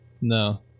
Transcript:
No